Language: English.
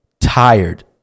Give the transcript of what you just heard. tired